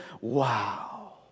wow